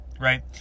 right